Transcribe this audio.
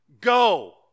go